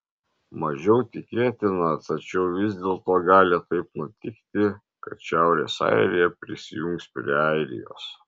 mažiau tikėtina tačiau vis dėlto gali taip nutikti kad šiaurės airija prisijungs prie airijos